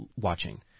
watching